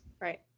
Right